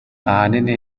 ahanini